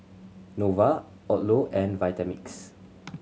Nova Odlo and Vitamix